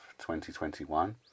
2021